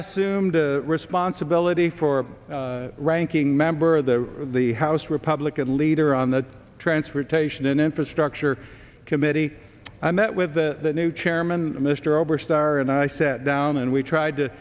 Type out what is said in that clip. assume the responsibility for the ranking member of the house republican leader on the transportation infrastructure committee i met with the new chairman mr oberstar and i sat down and we tried to